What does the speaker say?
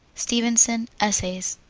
stevenson, essays.